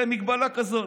יש להם מגבלה כזאת.